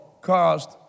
caused